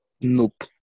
nope